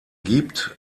gibt